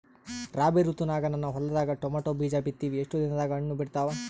ರಾಬಿ ಋತುನಾಗ ನನ್ನ ಹೊಲದಾಗ ಟೊಮೇಟೊ ಬೀಜ ಬಿತ್ತಿವಿ, ಎಷ್ಟು ದಿನದಾಗ ಹಣ್ಣ ಬಿಡ್ತಾವ?